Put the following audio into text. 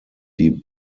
die